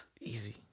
Easy